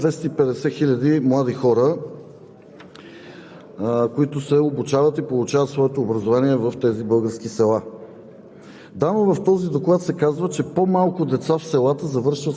В Доклада се сочат тревожните тенденции – в селата, ако не ме лъже паметта, в Доклада пише, че има 250 хил. млади хора,